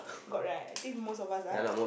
got right think most of us ah